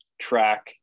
track